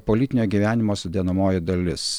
politinio gyvenimo sudedamoji dalis